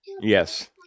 Yes